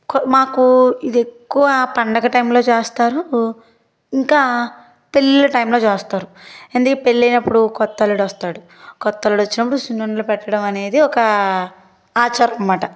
కు మాకు ఇది ఎక్కువ పండుగ టైంలో చేస్తారు ఇంకా పెళ్లిళ్ల టైంలో చేస్తారు అంటే పెళ్లైనప్పుడు కొత్త అల్లుడు వస్తారు కొత్తల్లుడు వచ్చినప్పుడు సున్నుండలు పెట్టడం అనేది ఒక ఆచారం అనమాట